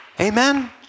Amen